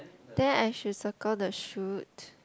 then I should circle the shoot